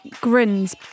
grins